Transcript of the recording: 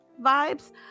vibes